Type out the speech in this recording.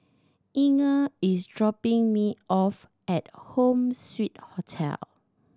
Inger is dropping me off at Home Suite Hotel